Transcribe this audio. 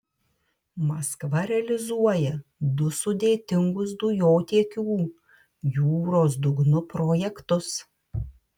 maskva realizuoja du sudėtingus dujotiekių jūros dugnu projektus